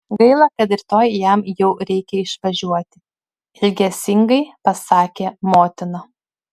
gaila kad rytoj jam jau reikia išvažiuoti ilgesingai pasakė motina